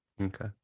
okay